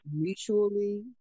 mutually